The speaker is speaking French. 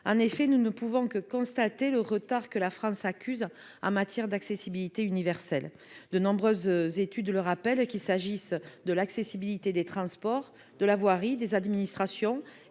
en effet nous ne pouvant que constater le retard que la France accuse en matière d'accessibilité universelle de nombreuses études, le rappelle qu'il s'agisse de l'accessibilité des transports de la voirie, des administrations,